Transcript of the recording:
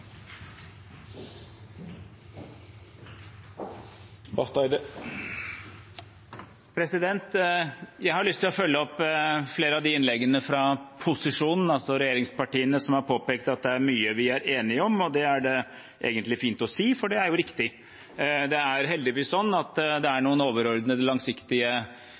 Jeg har lyst til å følge opp flere av innleggene fra posisjonen, altså regjeringspartiene, som har påpekt at det er mye vi er enige om. Det er det egentlig fint å si, for det er riktig. Det er heldigvis slik at det er noen overordnede, langsiktige